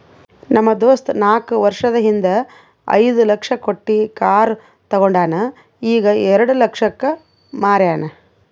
ನಮ್ ದೋಸ್ತ ನಾಕ್ ವರ್ಷದ ಹಿಂದ್ ಐಯ್ದ ಲಕ್ಷ ಕೊಟ್ಟಿ ಕಾರ್ ತೊಂಡಾನ ಈಗ ಎರೆಡ ಲಕ್ಷಕ್ ಮಾರ್ಯಾನ್